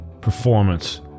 performance